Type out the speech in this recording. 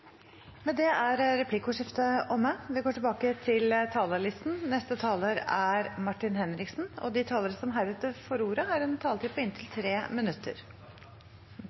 er omme. De talere som heretter får ordet, har en taletid på inntil 3 minutter. Jeg tror alle her og alle i Norge har en